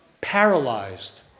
paralyzed